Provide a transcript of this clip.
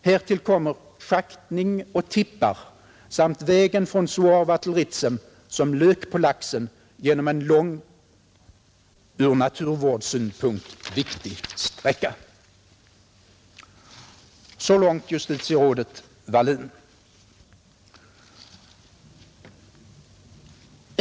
Härtill kommer schaktning och tippar samt vägen från Suorva till Ritsem som lök på laxen genom en lång ur naturvårdssynpunkt viktig sträcka.” Så långt justitierådet Walin.